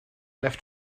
left